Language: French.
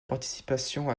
participation